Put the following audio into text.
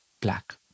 Black